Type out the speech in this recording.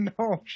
No